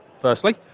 firstly